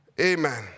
Amen